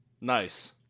Nice